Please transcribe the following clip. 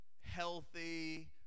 healthy